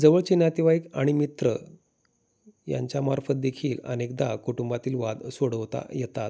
जवळचे नातेवाईक आणि मित्र यांच्यामार्फतदेखील अनेकदा कुटुंबातील वाद सोडवता येतात